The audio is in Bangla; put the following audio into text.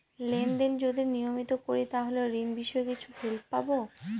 লেন দেন যদি নিয়মিত করি তাহলে ঋণ বিষয়ে কিছু হেল্প পাবো?